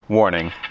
Warning